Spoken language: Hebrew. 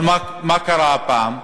אבל מה קרה הפעם?